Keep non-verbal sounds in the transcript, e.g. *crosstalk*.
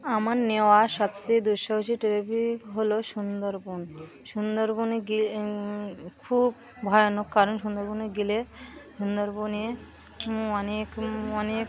আমার নেওয়া সবচেয়ে দুঃসাহসী *unintelligible* হলো সুন্দরবন সুন্দরবনে গিয়ে খুব ভয়ানক কারণ সুন্দরবনে গেলে সুন্দরবনে অনেক অনেক